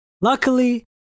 luckily